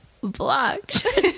blocked